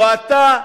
לא אתה,